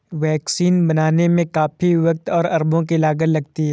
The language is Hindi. वैक्सीन बनाने में काफी वक़्त और अरबों की लागत लगती है